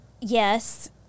yes